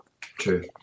true